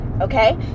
okay